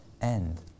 end